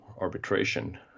arbitration